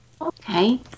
Okay